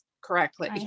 correctly